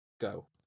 go